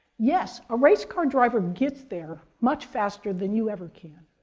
yes, a race car driver gets there much faster than you ever can,